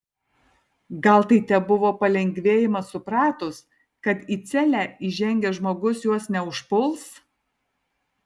gal tai tebuvo palengvėjimas supratus kad į celę įžengęs žmogus jos neužpuls